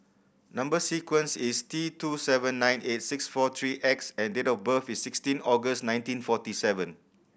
number sequence is T two seven nine eight six four three X and date of birth is sixteen August nineteen forty seven